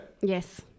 Yes